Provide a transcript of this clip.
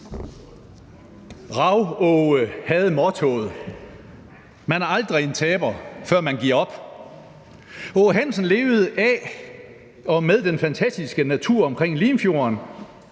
Rav-Aage havde mottoet: Man er aldrig en taber, før man giver op. Aage Hansen levede af og med den fantastiske natur omkring Limfjorden.